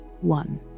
one